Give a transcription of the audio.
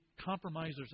compromisers